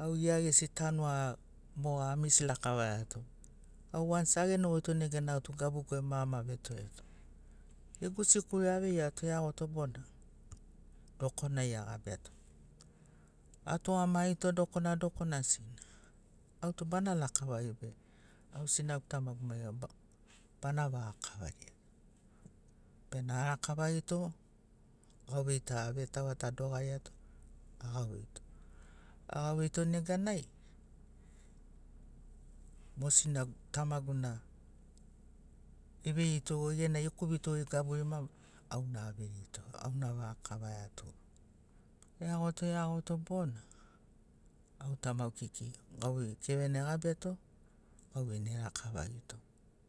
au gia gesi tanu a mo amis lakavaiato au wans agenogoito neganai au tu gabugu ai ma ama vetoreto gegu sikuri aveiato eagoto bona dokonai agabiato atugamagito dokona dokona asigina autu bana lakavagi be au sinagu tamagu maiga bana vaga kavari atato bena arakavagito gauvei ta avetauato adogariato agauveito agauveito neganai mo sinagu tamaguna eveirito genai ekubito gaburi mabarari auna aveirito auna avaga kavaiato eagoto eagoto bona au tamagu kekei gauvei keve na egabiato gauvei na erakavagito